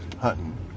hunting